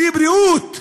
בלי בריאות,